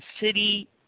city